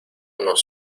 nos